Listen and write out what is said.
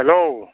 hello